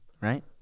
Right